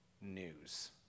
news